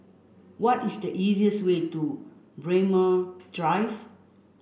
what is the easiest way to Braemar Drive